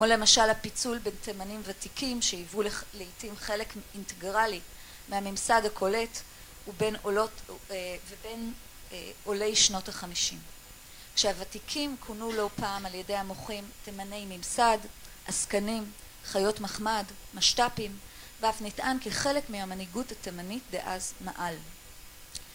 כמו למשל הפיצול בין תימנים ותיקים שהיוו לעתים חלק אינטגרלי מהממסד הקולט ובין עולות ובין עולי שנות החמישים. כשהוותיקים כונו לא פעם על ידי המוחים "תימני ממסד", עסקנים, חיות מחמד, משת"פים ואף נטען כי חלק מהמנהיגות התימנית דאז מעל